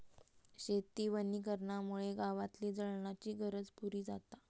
शेती वनीकरणामुळे गावातली जळणाची गरज पुरी जाता